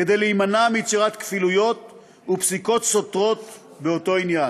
כדי להימנע מיצירת כפילויות ופסיקות סותרות באותו עניין.